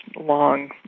long